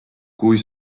kui